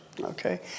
okay